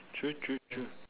true true true